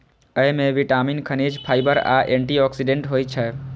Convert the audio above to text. अय मे विटामिन, खनिज, फाइबर आ एंटी ऑक्सीडेंट होइ छै